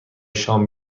شام